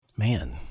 Man